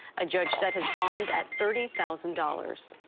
a judge set his bond at thirty thousand dollars.